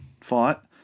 fought